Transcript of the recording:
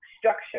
structure